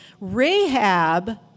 Rahab